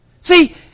See